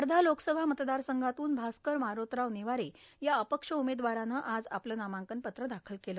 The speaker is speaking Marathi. वर्धा लोकसभा मतदारसंघातून भास्कर मारोतराव नेवारे या अपक्ष उमेदवारानं आज आपलं नामांकनपत्र दाखल केलं